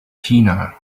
tina